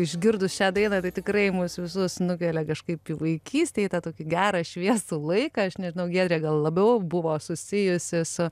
išgirdus šią dainą tai tikrai mus visus nukelia kažkaip į vaikystę į tą tokį gerą šviesų laiką aš nežinau giedrė gal labiau buvo susijusi su